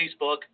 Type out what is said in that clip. Facebook